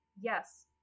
Yes